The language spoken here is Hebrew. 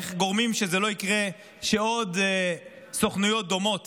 איך גורמים שלא יקרה שעוד סוכנויות דומות